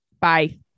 Bye